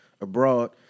abroad